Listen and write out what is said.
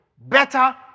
better